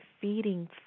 feeding